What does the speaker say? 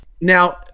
Now